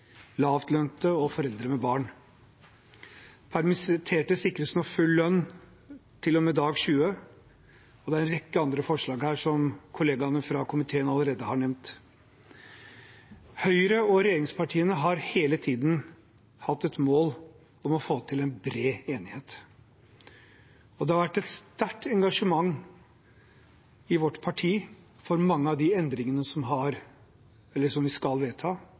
lavtlønte og foreldre med barn. Permitterte sikres nå full lønn til og med dag 20, og det er en rekke andre forslag her som kollegaene fra komiteen allerede har nevnt. Høyre og regjeringspartiene har hele tiden hatt et mål om å få til en bred enighet, og det har vært et sterkt engasjement i vårt parti for mange av de endringene som vi skal vedta. Vi